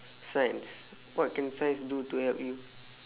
science what can science do to help you